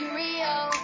real